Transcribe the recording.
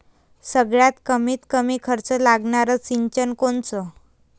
सगळ्यात कमीत कमी खर्च लागनारं सिंचन कोनचं?